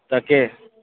তাকে